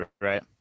Right